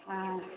ஆ